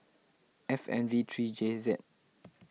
F N V three J Z